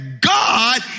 God